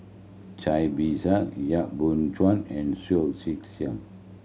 Cai Bixia Yap Boon Chuan and Soh Kay Siang